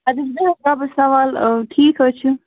اَدٕ حظ بیٚہہ حظ رۅبس حوال ٹھیٖک حظ چھُ